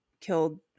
killed